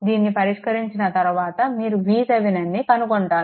దీన్ని పరిష్కరించిన తరువాత మీరు VThevenin ను కనుగొంటారు